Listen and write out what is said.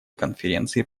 конференции